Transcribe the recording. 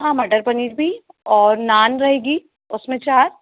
हाँ मटर पनीर भी और नान रहेगी उसमें चार